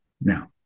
Now